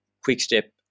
Quickstep